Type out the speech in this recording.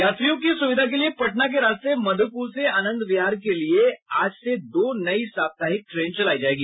यात्रियों की सुविधा के लिए पटना के रास्ते मधुपुर से आनंद विहार के लिए आज से दो नई साप्ताहिक ट्रेन चलायी जायेगी